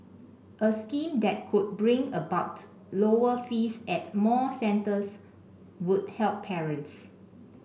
a scheme that could bring about lower fees at more centres would help parents